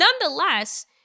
Nonetheless